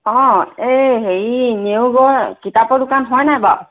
অঁ এই হেৰি নেওগৰ কিতাপৰ দোকান হয় নাই বাৰু